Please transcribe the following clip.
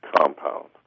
compound